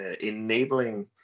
enabling